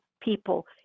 people